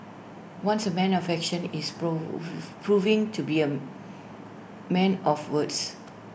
once A man of action is prove proving to be A man of words